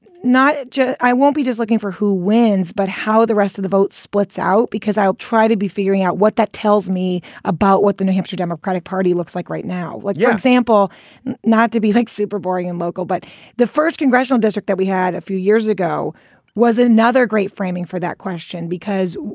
not just i won't be just looking for who wins, but how the rest of the vote splits out, because i'll try to be figuring out what that tells me about what the new hampshire democratic party looks like right now. what your example not to be like super boring and local, but the first congressional district that we had a few years ago was another great framing for that question, because,